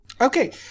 Okay